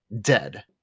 dead